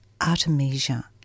Artemisia